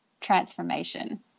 transformation